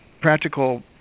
practical